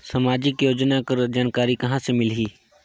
समाजिक योजना कर जानकारी कहाँ से मिलही?